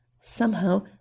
Somehow